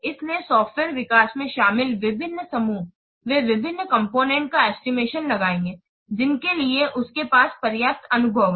इसलिए सॉफ्टवेयर विकास में शामिल विभिन्न समूह वे विभिन्न कॉम्पोनेन्ट का एस्टिमेशन लगाएंगे जिनके लिए उनके पास पर्याप्त अनुभव है